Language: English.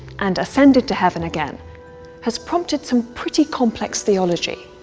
and ascended to heaven again has prompted some pretty complex theology.